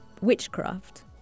witchcraft